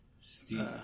Steve